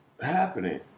happening